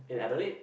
in Adelaide